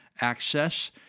access